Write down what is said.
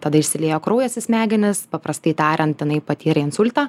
tada išsiliejo kraujas į smegenis paprastai tariant jinai patyrė insultą